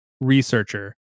researcher